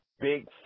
big